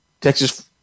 Texas